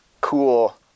cool